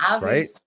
right